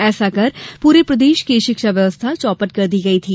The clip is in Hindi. ऐसा कर पूरे प्रदेश की शिक्षा व्यवस्था चौपट कर दी गई थी